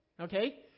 okay